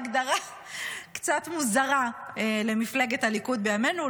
הגדרה קצת מוזרה למפלגת הליכוד בימינו,